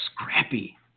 scrappy